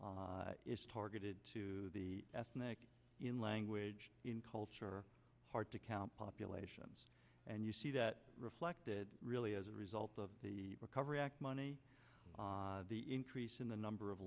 is targeted to the ethnic in language in culture hard to count populations and you see that reflected really as a result of the recovery act money the increase in the number of